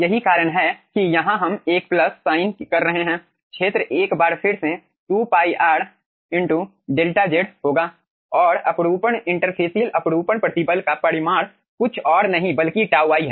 यही कारण है कि यहां हम एक प्लस साइन कर रहे हैं क्षेत्र एक बार फिर से 2 π r 𝛿 z होगा और अपरूपण इंटरफेशियल अपरूपण प्रतिबल का परिमाण कुछ और नहीं बल्कि τ i है